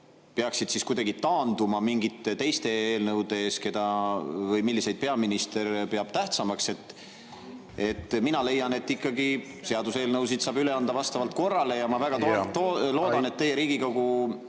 peaksid kuidagi taanduma mingite teiste eelnõude ees, milliseid peaminister peab tähtsamaks. Mina leian, et seaduseelnõusid saab üle anda ikkagi vastavalt korrale. Ma väga loodan, et teie Riigikogu